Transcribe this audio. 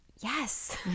yes